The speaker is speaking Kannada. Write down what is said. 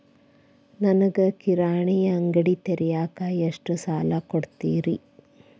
ನನಗ ಕಿರಾಣಿ ಅಂಗಡಿ ತಗಿಯಾಕ್ ಎಷ್ಟ ಸಾಲ ಕೊಡ್ತೇರಿ?